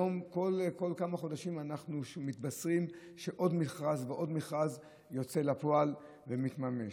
כל כמה חודשים אנחנו מתבשרים שעוד מכרז ועוד מכרז יוצא לפועל ומתממש.